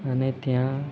અને ત્યાં